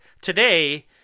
Today